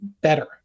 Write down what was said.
better